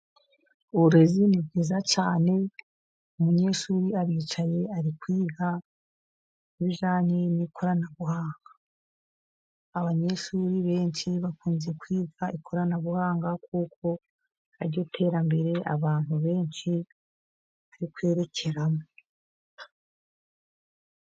Uburezi ni bwiza cyane, umunyeshuri aricaye ari kwiga ibijyanye n'ikoranabuhanga ,abanyeshuri benshi bakunze kwiga ikoranabuhanga, kuko ariryo terambere abantu benshi bari kwerekeramo.